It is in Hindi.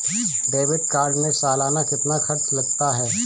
डेबिट कार्ड में सालाना कितना खर्च लगता है?